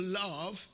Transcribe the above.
love